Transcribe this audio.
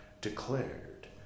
declared